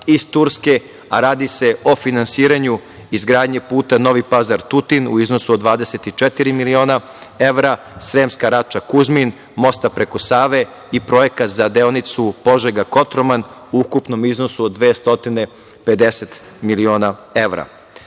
iz Turske, a radi se o finansiranju izgradnje puta Novi Pazar-Tutin u iznosu od 24 miliona evra, Sremska Rača-Kuzmin-mosta preko Save i projekat za deonicu Požega-Kotroman u ukupnom iznosu od 250 miliona evra. Na